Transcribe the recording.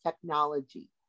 technology